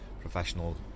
professional